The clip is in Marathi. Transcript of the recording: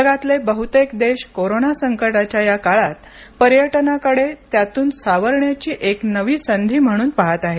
जगातले बहुतेक देश कोरोना संकटाच्या या काळात पर्यटनाकडे त्यातून सावरण्याची एक नवी संधी म्हणून पाहत आहेत